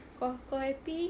kau kau happy